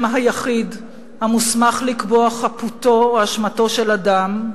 היחיד המוסמך לקבוע חפותו או אשמתו של אדם,